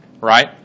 Right